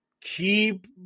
keep